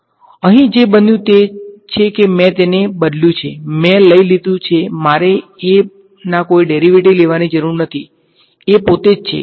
અહીં જે બન્યું તે છે કે મેં તેને બદલ્યું છે મેં લઈ લીધું છે મારે ના કોઈ ડેરીવેટીવ લેવાની જરૂર નથી પોતે જ છે